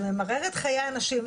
זה ממרר את חיי האנשים.